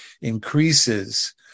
increases